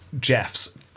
Jeff's